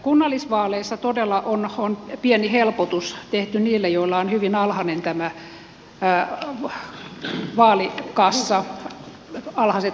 kunnallisvaaleissa todella on pieni helpotus tehty niille joilla on hyvin alhainen tämä vaalikassa alhaiset kustannukset